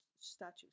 statues